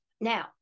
now